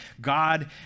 God